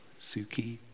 Suki